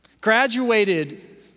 Graduated